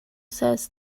says